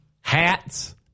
hats